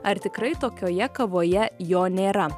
ar tikrai tokioje kavoje jo nėra